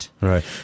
Right